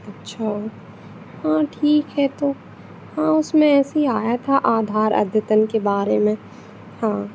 अच्छा हाँ ठीक है तो हाँ उसमें ऐसे ही आया था आधार अद्यतन के बारे में हाँ